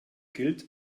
gilt